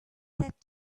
sat